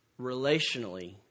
relationally